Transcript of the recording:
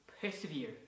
persevere